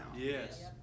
yes